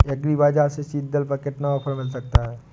Agree बाजार से seed drill पर कितना ऑफर मिल सकता है?